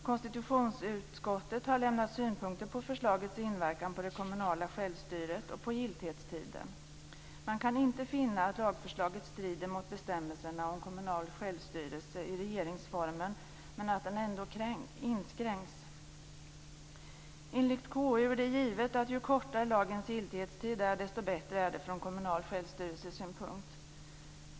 Konstitutionsutskottet har lämnat synpunkter på förslagets inverkan på det kommunala självstyret och på giltighetstiden. Man kan inte finna att lagförslaget strider mot bestämmelserna om kommunal självstyrelse i regeringsformen, men man finner att denna ändå inskränks. Enligt KU är det givet att det från kommunal självstyrelsesynpunkt är bättre ju kortare lagens giltighetstid är.